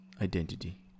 identity